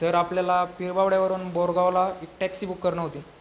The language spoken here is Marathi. सर आपल्याला पिरबावड्यावरून बोरगावला एक टॅक्सी बुक करणं होती